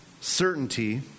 certainty